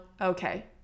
okay